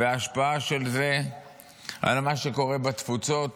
וההשפעה של זה על מה שקורה בתפוצות,